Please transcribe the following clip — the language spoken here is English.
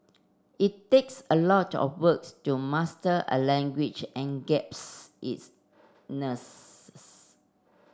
it takes a lot of works to master a language and its